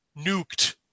nuked